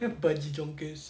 bulgy chonkers